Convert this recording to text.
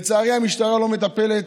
לצערי, המשטרה לא מטפלת